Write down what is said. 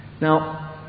Now